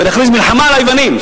ונכריז מלחמה על היוונים,